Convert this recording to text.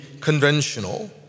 conventional